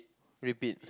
repeat